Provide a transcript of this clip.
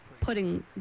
putting